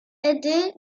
aidé